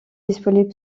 disponible